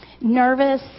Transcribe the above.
nervous